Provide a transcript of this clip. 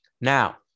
Now